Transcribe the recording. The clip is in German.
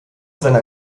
seiner